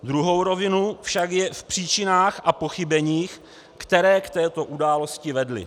Druhá rovina však je v příčinách a pochybeních, které k této události vedly.